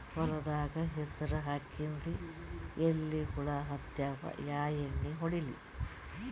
ಹೊಲದಾಗ ಹೆಸರ ಹಾಕಿನ್ರಿ, ಎಲಿ ಹುಳ ಹತ್ಯಾವ, ಯಾ ಎಣ್ಣೀ ಹೊಡಿಲಿ?